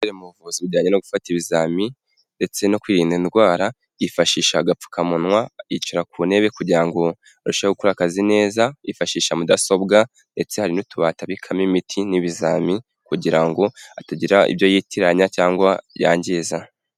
Ibintu byose bikorerwa mu buvuzi, bijyanye no gufata ibizami ndetse no kwirinda indwara yifashisha agapfukamunwa yicara ku ntebe kugira ngo arusheho gukora akazi neza, yifashisha mudasobwa ndetse hari n'utubata abikamo, imiti n'ibizamini kugira ngo ha atagira ibyo yitiranya cyangwa byangiza.